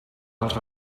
als